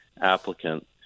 applicant